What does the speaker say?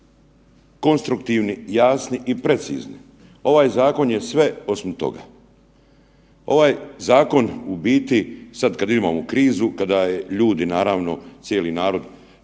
konstruktivni, jasni i precizni. Ovaj zakon je sve osim toga. Ovaj zakon u biti sad kad imamo krizu, kada ljudi naravno cijeli narod